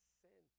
sin